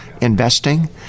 investing